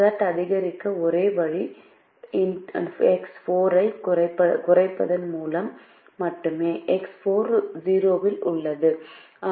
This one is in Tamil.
Z அதிகரிக்க ஒரே வழி X 4 ஐக் குறைப்பதன் மூலம் மட்டுமே X 4 ௦ தில் உள்ளது